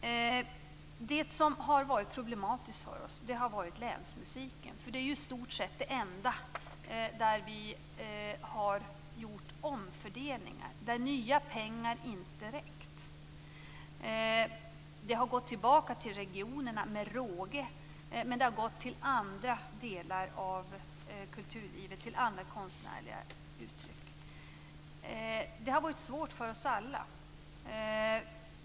Det som har varit problematiskt för oss har varit länsmusiken. Det är i stort sett det enda område där vi har gjort omfördelningar. Där har nya pengar inte räckt. Det har gått tillbaka till regionerna med råge, men det har gått till andra delar av kulturlivet, till andra konstnärliga uttryck. Det har varit svårt för oss alla.